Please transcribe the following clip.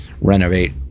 renovate